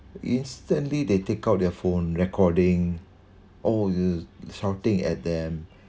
instantly they take out their phone recording oh you shouting at them